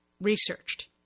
researched